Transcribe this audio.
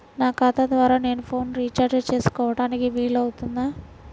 నా ఖాతా ద్వారా నేను ఫోన్ రీఛార్జ్ చేసుకోవడానికి వీలు అవుతుందా?